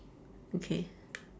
okay